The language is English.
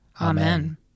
Amen